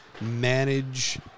manage